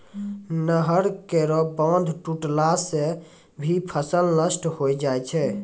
नहर केरो बांध टुटला सें भी फसल नष्ट होय जाय छै